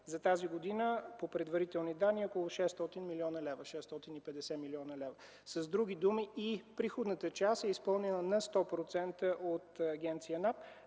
За тази година по предварителни данни около 600 – 650 млн. лв. С други думи, и приходната част е изпълнена на 100% от Агенция НАП.